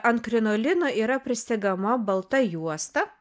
ant krinolino yra prisegama balta juosta